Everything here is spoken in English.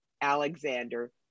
Alexander